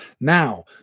Now